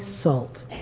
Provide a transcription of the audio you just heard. salt